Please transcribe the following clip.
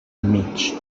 mig